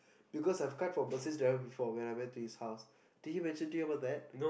because I have cut for Mercedes driver when I went to his house did he mention to you about that